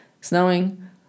snowing